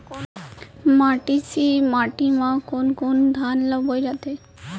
मटासी माटी मा कोन कोन धान ला बोये जाथे?